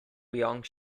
wyong